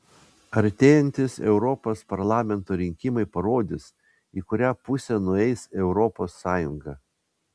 artėjantys europos parlamento rinkimai parodys į kurią pusę nueis europos sąjunga